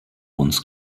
uns